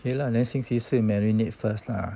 okay lah then 星期四 marinate first lah